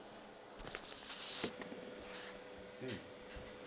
mm